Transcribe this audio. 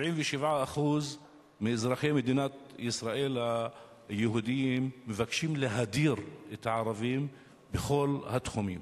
77% מאזרחי מדינת ישראל היהודים מבקשים להדיר את הערבים בכל התחומים.